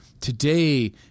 Today